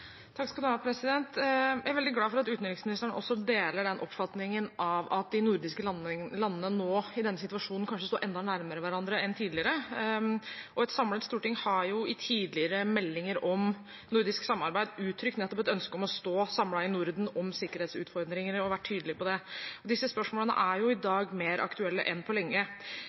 Jeg er veldig glad for at utenriksministeren også deler den oppfatningen at de nordiske landene nå i denne situasjonen kanskje står enda nærmere hverandre enn tidligere, og et samlet storting har jo i tidligere meldinger om nordisk samarbeid uttrykt nettopp et ønske om å stå samlet i Norden om sikkerhetsutfordringer og vært tydelig på det, og disse spørsmålene er jo i dag mer aktuelle enn på lenge.